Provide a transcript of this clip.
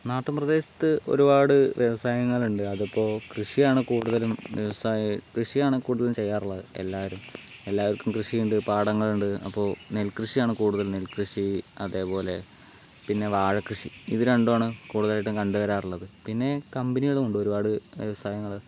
നാട്ടും പ്രദേശത്ത് ഒരുപാട് വ്യവസായങ്ങളുണ്ട് അതിപ്പോൾ കൃഷിയാണ് കൂടുതലും വ്യവസായ കൃഷിയാണ് കൂടുതലും ചെയ്യാറുള്ളത് എല്ലാവരും എല്ലാവർക്കും കൃഷിയുണ്ട് പാടങ്ങളുണ്ട് അപ്പോൾ നെൽകൃഷിയാണ് കൂടുതലും നെൽകൃഷി അതേപോലെ പിന്നെ വാഴകൃഷി ഇത് രണ്ടുമാണ് കൂടുതലായിട്ടും കണ്ടു വരാറുള്ളത് പിന്നെ കമ്പനികളും ഉണ്ട് ഒരുപാട് വ്യവസായങ്ങള്